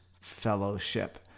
fellowship